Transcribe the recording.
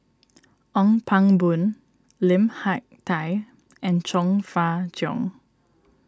Ong Pang Boon Lim Hak Tai and Chong Fah Cheong